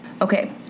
Okay